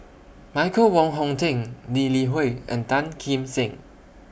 Michael Wong Hong Teng Lee Li Hui and Tan Kim Seng